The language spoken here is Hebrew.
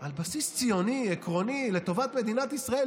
על בסיס ציוני עקרוני לטובת מדינת ישראל,